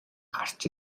гарч